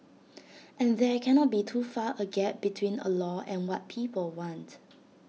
and there cannot be too far A gap between A law and what people want